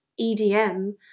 EDM